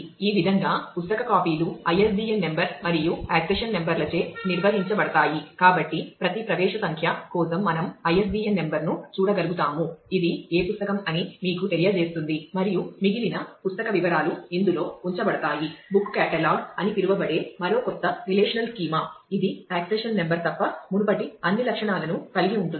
ఈ విధంగా పుస్తక కాపీలు ISBN నంబర్ మరియు ఆక్సిషన్ నెంబర్ ఇది ఆక్సిషన్ నెంబర్ తప్ప మునుపటి అన్ని లక్షణాలను కలిగి ఉంటుంది